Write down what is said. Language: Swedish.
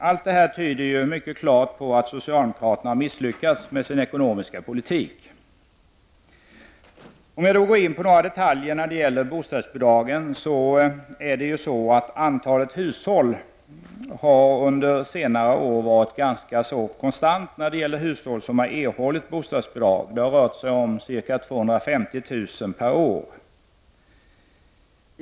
Allt detta tyder mycket klart på att socialdemokraterna har misslyckats med sin ekonomiska politik. Om jag går in på några detaljer beträffande bostadsbidragen är det så att antalet hushåll som under senare år erhållit bostadsbidrag har varit ganska konstant, ca 250 000 per år.